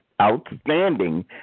outstanding